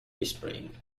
whispering